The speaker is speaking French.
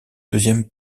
deuxième